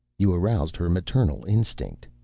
you aroused her maternal instinct.